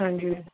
ਹਾਂਜੀ